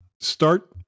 start